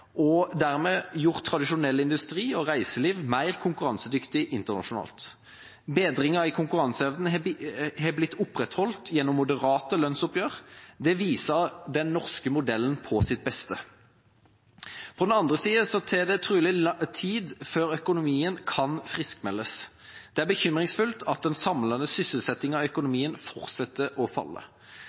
og dermed gjort tradisjonell industri og reiseliv mer konkurransedyktig internasjonalt. Bedringen i konkurranseevnen er opprettholdt gjennom moderate lønnsoppgjør. Det viser den norske modellen på sitt beste. På den andre siden tar det trolig tid før økonomien kan friskmeldes. Det er bekymringsfullt at den samlede sysselsettingen i økonomien fortsetter å falle.